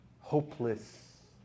hopeless